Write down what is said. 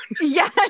yes